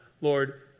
Lord